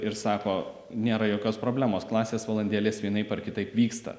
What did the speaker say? ir sako nėra jokios problemos klasės valandėlės vienaip ar kitaip vyksta